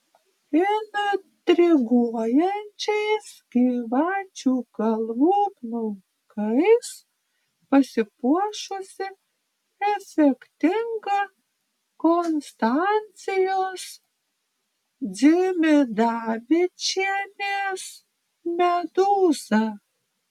intriguojančiais gyvačių galvų plaukais pasipuošusi efektinga konstancijos dzimidavičienės medūza